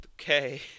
Okay